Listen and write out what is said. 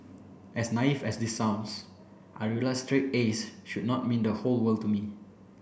as naive as this sounds I realized straight As should not mean the whole world to me